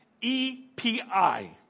E-P-I